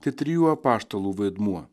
trijų apaštalų vaidmuo